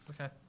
Okay